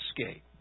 escape